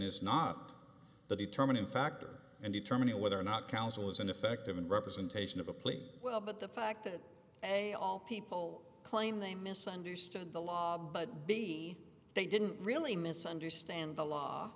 is not the determining factor in determining whether or not counsel was ineffective in representation of a plea well but the fact that they all people claim they misunderstood the law but b they didn't really misunderstand the law